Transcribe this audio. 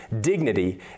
dignity